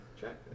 check